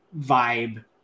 vibe